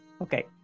Okay